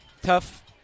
tough